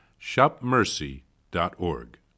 shopmercy.org